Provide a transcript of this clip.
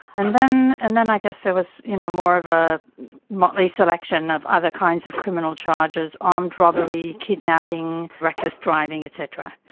and then and then i guess there was you know more of a motley selection of other kinds of criminal charges armed robbery, kidnapping, reckless driving et cetera.